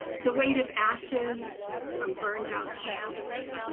the weight of ashes from burned-out camps.